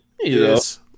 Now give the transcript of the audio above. Yes